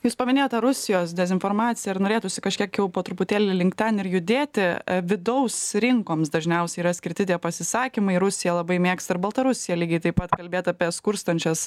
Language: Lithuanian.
jūs paminėjote rusijos dezinformaciją ir norėtųsi kažkiek jau po truputėlį link ten ir judėti vidaus rinkoms dažniausiai yra skirti tie pasisakymai rusija labai mėgsta ir baltarusija lygiai taip pat kalbėt apie skurstančias